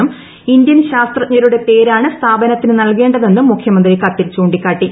എന്നും ഇന്ത്യൻ ശാസ്ത്രജ്ഞരുടെ പേരാണ് സ്ഥാപനത്തിന് നൽകേണ്ടതെന്നും മുഖൃമന്ത്രി കത്തിൽ ചൂണ്ടിക്കാട്ടി